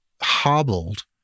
hobbled